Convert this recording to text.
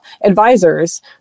advisors